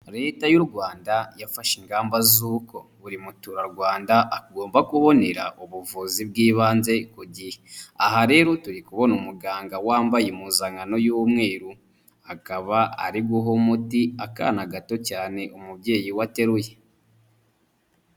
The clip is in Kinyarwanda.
Leta y'u Rwanda yafashe ingamba z'uko buri muturarwanda agomba kubonera ubuvuzi bw'ibanze ku gihe, aha rero turi kubona umuganga wambaye impuzankano y'umweru, akaba ari guha umuti akana gato cyane umubyeyi we ateruye.